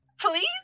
please